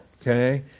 okay